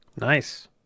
Nice